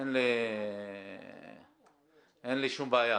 אין לי שום בעיה.